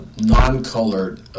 non-colored